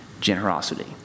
generosity